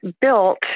built